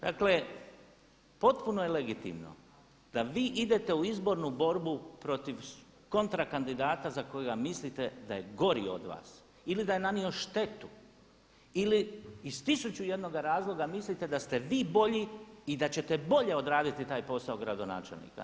Dakle, potpuno je legitimno da vi idete u izbornu borbu protiv kontra kandidata za kojega mislite da je gori od vas ili da je nanio štetu ili iz 1001 razloga mislite da ste vi bolji i da ćete bolje odraditi taj posao gradonačelnika.